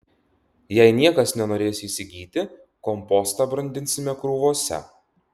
jei niekas nenorės įsigyti kompostą brandinsime krūvose